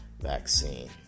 Vaccine